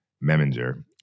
Meminger